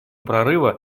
прорыва